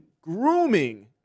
grooming